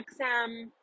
XM